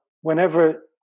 whenever